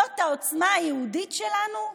זו העוצמה היהודית שלנו?